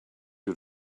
you